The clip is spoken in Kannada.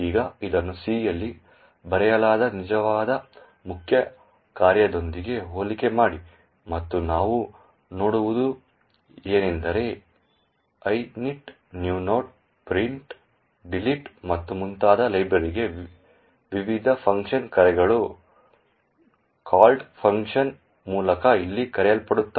ಈಗ ಇದನ್ನು C ಯಲ್ಲಿ ಬರೆಯಲಾದ ನಿಜವಾದ ಮುಖ್ಯ ಕಾರ್ಯದೊಂದಿಗೆ ಹೋಲಿಕೆ ಮಾಡಿ ಮತ್ತು ನಾವು ನೋಡುವುದು ಏನೆಂದರೆ init new node print delete ಮತ್ತು ಮುಂತಾದ ಲೈಬ್ರರಿಗೆ ವಿವಿಧ ಫಂಕ್ಷನ್ ಕರೆಗಳು ಕಾಲ್ಡ್ ಫಂಕ್ಷನ್ ಮೂಲಕ ಇಲ್ಲಿ ಕರೆಯಲ್ಪಡುತ್ತವೆ